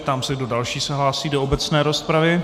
Ptám se, kdo další se hlásí do obecné rozpravy.